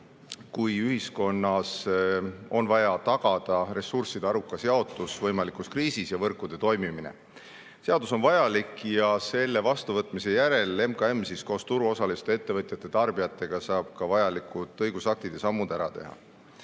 kui ühiskonnas on vaja tagada ressursside arukas jaotus võimalikus kriisis ja võrkude toimimine. Seadus on vajalik ja selle vastuvõtmise järel MKM koos turuosaliste, ettevõtjate ja tarbijatega saab vajalikud õigusaktid ja sammud ära teha.